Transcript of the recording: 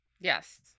Yes